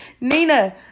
Nina